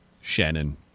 Shannon